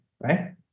right